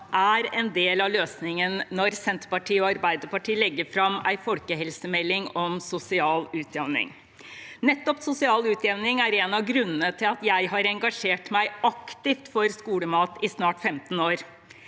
er en del av løsningen når Senterpartiet og Arbeiderpartiet legger fram en folkehelsemelding om sosial utjevning. Nettopp sosial utjevning er en av grunnene til at jeg har engasjert meg aktivt for skolemat i snart 15 år.